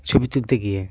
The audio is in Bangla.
ছবি তুলতে গিয়ে